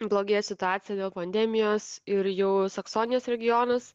blogėja situacija dėl pandemijos ir jau saksonijos regionas